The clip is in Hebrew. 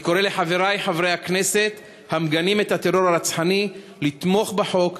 אני קורא לחברי חברי הכנסת המגנים את הטרור הרצחני לתמוך בחוק,